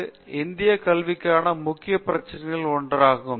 விஸ்வநாதன் சரி இது இந்திய கல்விக்கான முக்கிய பிரச்சினைகளில் ஒன்றாகும்